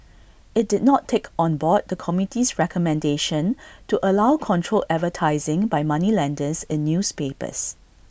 IT did not take on board the committee's recommendation to allow controlled advertising by moneylenders in newspapers